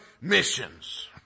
missions